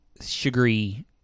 sugary